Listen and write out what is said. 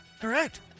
Correct